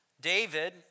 David